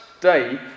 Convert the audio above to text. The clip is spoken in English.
day